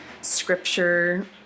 scripture